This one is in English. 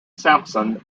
sampson